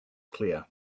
clear